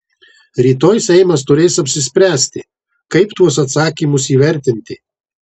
rytoj seimas turės apsispręsti kaip tuos atsakymus įvertinti